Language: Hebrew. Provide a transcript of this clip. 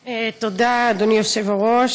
תודה, אדוני היושב-ראש.